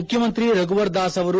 ಮುಖ್ಯಮಂತ್ರಿ ರಘುವರ್ದಾಸ್ ಅವರು